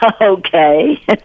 okay